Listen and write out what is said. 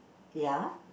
ya